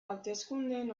hauteskundeen